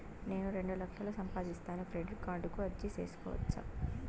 నేను రెండు లక్షలు సంపాదిస్తాను, క్రెడిట్ కార్డుకు అర్జీ సేసుకోవచ్చా?